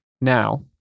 Now